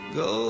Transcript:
go